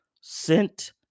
sent